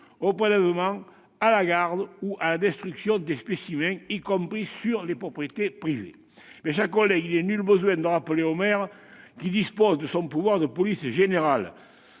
au prélèvement, à la garde ou à la destruction des spécimens, y compris sur les propriétés privées. Mes chers collègues, il n'est nul besoin de rappeler au maire qu'il dispose de son pouvoir de police générale.